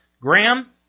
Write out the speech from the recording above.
Graham